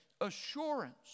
assurance